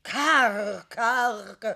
kar kar